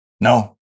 No